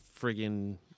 friggin